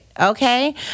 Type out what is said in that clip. Okay